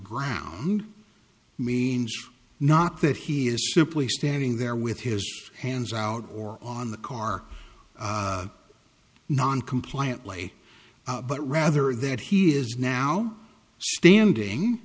ground means not that he is simply standing there with his hands out or on the car non compliant lay but rather that he is now standing